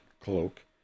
cloak